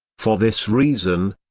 for this reason,